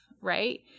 right